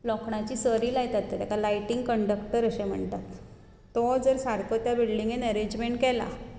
लोखणाची सरी लायतात ताका लायटनींग कंडक्टर अशें म्हणटात तो जर सारको त्या बिल्डिंगेंत अरेंजमेंट केला